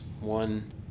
one